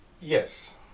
Yes